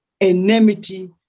enmity